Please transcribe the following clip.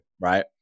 right